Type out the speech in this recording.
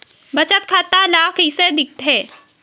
बचत खाता ला कइसे दिखथे?